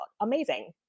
Amazing